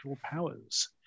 powers